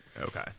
Okay